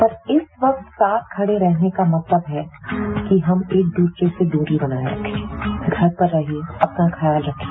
पर इस वक्त साथ खड़े रहने का मतलब है कि हम एक दूसरे से दूरी बनाए रखें घर पर रहिए अपना ख्याल रखिए